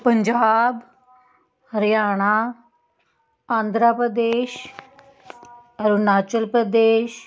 Punjab Haryana Andhra Pradesh Arunachal Pradesh